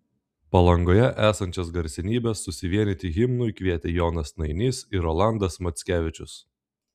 palangoje esančias garsenybes susivienyti himnui kvietė jonas nainys ir rolandas mackevičius